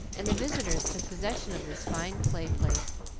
and the visitors took possession of this fine play-place.